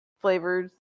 flavors